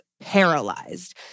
paralyzed